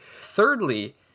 Thirdly